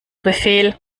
befehl